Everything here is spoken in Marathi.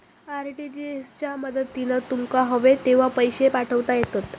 आर.टी.जी.एस च्या मदतीन तुमका हवे तेव्हा पैशे पाठवता येतत